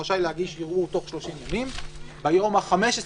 אם אתה רשאי להגיש ערעור בתוך 30 ימים וביום ה-15